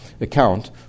account